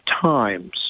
times